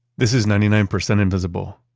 this is ninety nine percent invisible.